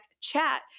chat